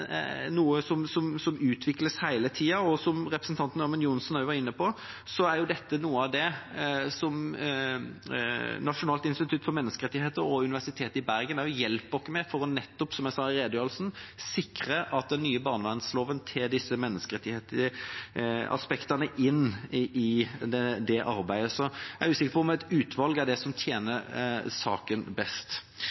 noe som utvikles hele tida. Som representanten Ørmen Johnsen også var inne på, er dette noe av det Norges institusjon for menneskerettigheter og Universitetet i Bergen hjelper oss med for nettopp, som jeg sa i redegjørelsen, å sikre at den nye barnevernloven tar disse menneskerettighetsaspektene inn i dette arbeidet. Så jeg er usikker på om et utvalg er det som tjener